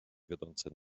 wiodące